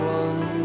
one